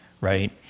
right